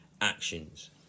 actions